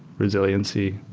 resiliency.